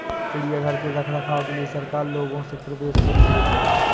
चिड़ियाघर के रख रखाव के लिए सरकार लोगों से प्रवेश शुल्क लेती है